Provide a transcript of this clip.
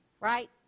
Right